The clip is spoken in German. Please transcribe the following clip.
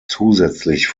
zusätzlich